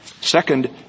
Second